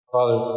Father